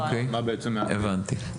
אוקיי, הבנתי.